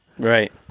Right